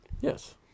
Yes